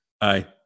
Aye